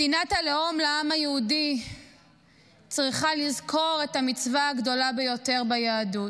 מדינת הלאום לעם היהודי צריכה לזכור את המצווה הגדולה ביותר ביהדות,